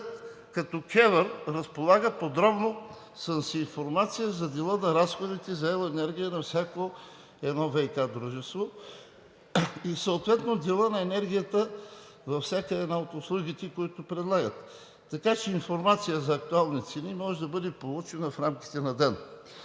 като КЕВР разполага подробно с информация за дела на разходите за ел. енергия на всяко едно ВиК дружество и съответно дела на енергията във всяка една от услугите, които предлагат, така че информацията за актуалните цени да може да бъде получена в рамките на ден;